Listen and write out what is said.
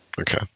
okay